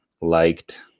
liked